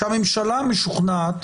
שהממשלה משוכנעת